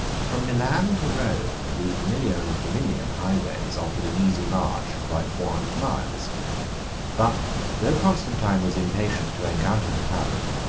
from milan to rome, the aemilian and flaminian highways offered an easy march of about four hundred miles but though constantine was impatient to encounter the tyrant,